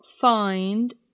find